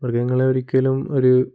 മൃഗങ്ങളെ ഒരിക്കലും ഒരു